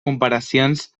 comparacions